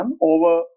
over